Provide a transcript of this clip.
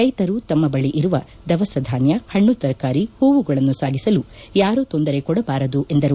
ರೈತರು ತಮ್ಮ ಬಳಿ ಇರುವ ದವಸ ಧಾನ್ಯ ಪಣ್ಣಿ ತರಕಾರಿ ಹೂವುಗಳನ್ನು ಸಾಗಿಸಲು ಯಾರು ತೊಂದರೆ ಕೊಡಬಾರದು ಎಂದರು